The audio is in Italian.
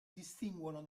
distinguono